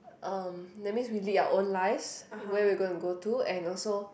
um that means we lead our own lives where we going to go to and also